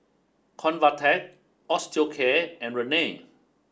Convatec Osteocare and Rene